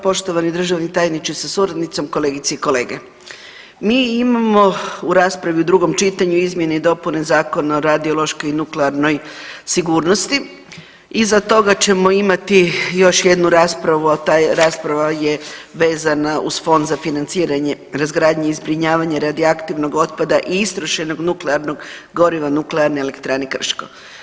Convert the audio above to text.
Poštovani državni tajniče sa suradnicom, kolegice i kolege, mi imamo u raspravi u drugom čitanju izmjene i dopune Zakona o radiološkoj i nuklearnoj sigurnosti, iza toga ćemo imati još jednu raspravu, a ta rasprava je vezana uz Fond za financiranje razgradnje i zbrinjavanja radioaktivnog otpada i istrošenog nuklearnog goriva Nuklearne elektrane Krško.